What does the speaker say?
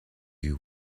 you